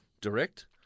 direct